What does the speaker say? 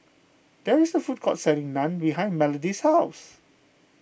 there is a food court selling Naan behind Melody's house